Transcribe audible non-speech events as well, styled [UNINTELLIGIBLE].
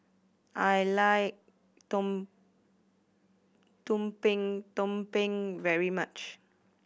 I like tum [UNINTELLIGIBLE] tumpeng very much